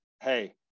hey